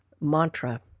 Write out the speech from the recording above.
mantra